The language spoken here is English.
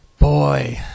Boy